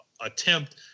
attempt